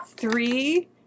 Three